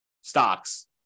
stocks